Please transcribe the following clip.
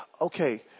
Okay